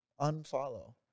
unfollow